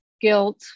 guilt